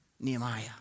Nehemiah